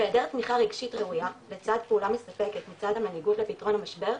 בהיעדר תמיכה רגשית ראויה לצד פעולה מספקת לצד המנהיגות לפתרון המשבר,